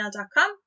gmail.com